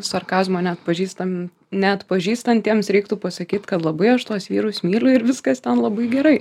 sarkazmo neatpažįstam neatpažįstantiems reiktų pasakyt kad labai aš tuos vyrus myliu viskas ten labai gerai